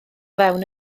fewn